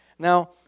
Now